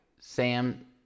Sam